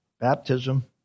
baptism